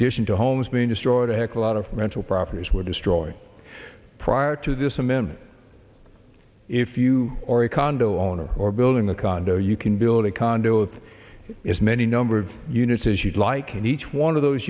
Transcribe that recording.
addition to homes being destroyed a heck of a lot of rental properties were destroyed prior to this amendment if you are a condo owner or building a condo you can build a condo with as many number of units as you'd like and each one of those